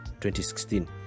2016